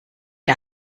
der